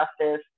justice